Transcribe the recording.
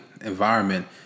environment